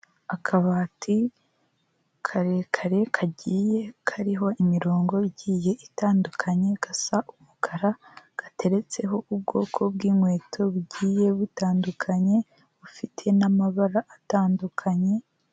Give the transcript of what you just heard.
Akabati karerekare kagiye kariho imirongo igiye itandukanye gasa umukara gateretseho ubwoko bwinkweto bugiye butandukanye, bufite n'amabara atandukanye.